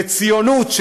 וציונות,